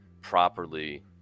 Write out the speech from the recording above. properly